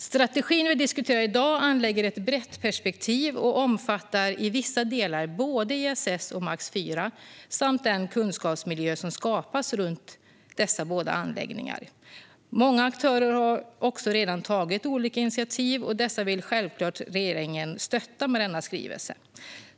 Strategin vi diskuterar i dag anlägger ett brett perspektiv och omfattar i vissa delar såväl ESS och Max IV som den kunskapsmiljö som skapas runt dessa båda anläggningar. Många aktörer har också redan tagit olika initiativ, och dem vill regeringen självklart stötta med denna skrivelse.